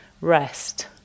rest